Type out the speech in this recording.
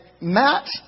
Matt